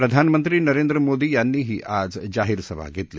प्रधानमंत्री नरेंद्र यांनीही आज जाहिरसभा घेतली